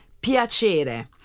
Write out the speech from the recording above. piacere